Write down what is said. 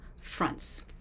fronts